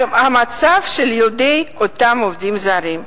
על המצב של ילדי אותם עובדים זרים.